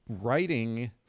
writing